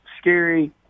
scary